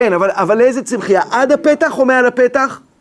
כן, אבל איזה צמחייה? עד הפתח או מעל הפתח?